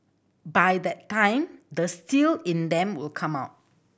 by that time the steel in them will come out